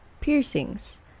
Piercings